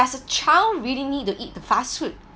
does a child really need to eat the fast food